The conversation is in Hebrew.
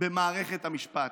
במערכת המשפט.